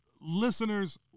listeners